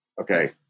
Okay